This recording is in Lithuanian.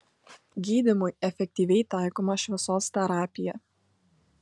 gydymui efektyviai taikoma šviesos terapija